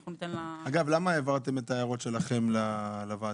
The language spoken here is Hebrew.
אגב, למה העברת את ההערות שלכם לוועדה?